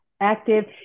active